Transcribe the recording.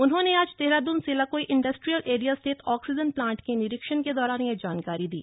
उन्होंने आज देहरादून में सेलाकुई इंडस्ट्रियल एरिया स्थित ऑक्सीजन प्लांट के निरीक्षण के दौरान यह जानकारी दी